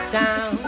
town